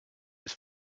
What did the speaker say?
his